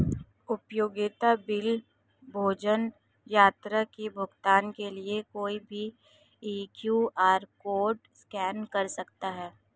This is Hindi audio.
उपयोगिता बिल, भोजन, यात्रा के भुगतान के लिए कोई भी क्यू.आर कोड स्कैन कर सकता है